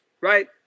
right